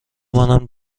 منم